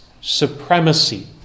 supremacy